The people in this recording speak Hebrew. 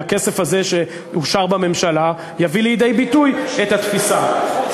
הכסף שאושר בממשלה יביא לידי ביטוי את התפיסה.